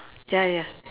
ya ya